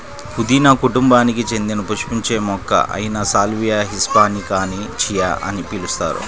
పుదీనా కుటుంబానికి చెందిన పుష్పించే మొక్క అయిన సాల్వియా హిస్పానికాని చియా అని పిలుస్తారు